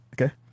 Okay